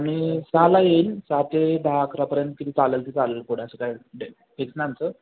आम्ही सहाला येईन सहा ते दहा अकरापर्यंत किती चालेल ती चालेल पुढं असं काय डे फिक्स नाही आमचं